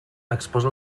exposa